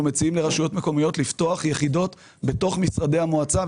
אנחנו מציעים לרשויות מקומיות לפתוח יחידות בתוך משרדי המועצה,